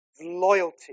Loyalty